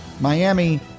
Miami